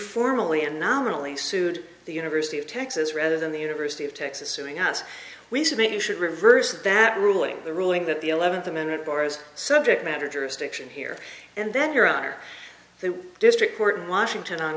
formally and nominally sued the university of texas rather than the university of texas suing us we said maybe you should reverse that ruling the ruling that the eleventh a minute bar is subject matter jurisdiction here and then here are the district court in washington